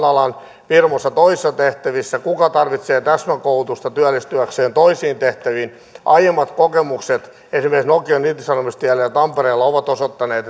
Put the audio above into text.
alan firmoissa toisissa tehtävissä ja kuka tarvitsee täsmäkoulutusta työllistyäkseen toisiin tehtäviin aiemmat kokemukset esimerkiksi nokian irtisanomisista tampereella ovat osoittaneet